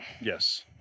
yes